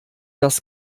das